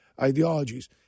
ideologies